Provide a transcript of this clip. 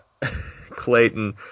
Clayton